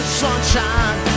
sunshine